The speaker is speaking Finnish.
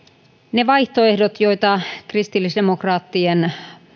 ne vaihtoehdot joita kristillisdemokraattien